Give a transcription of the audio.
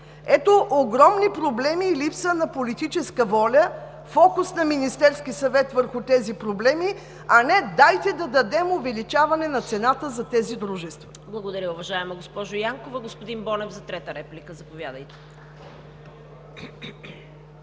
Ето огромни проблеми и липса на политическа воля, фокус на Министерския съвет върху тези проблеми, а не: дайте да дадем увеличаване на цената за тези дружества! ПРЕДСЕДАТЕЛ ЦВЕТА КАРАЯНЧЕВА: Благодаря Ви, уважаема госпожо Янкова. Господин Бонев, за трета реплика – заповядайте.